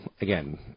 again